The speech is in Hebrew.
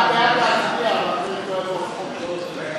ההצעה להעביר את הצעת חוק למניעת